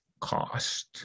cost